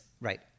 right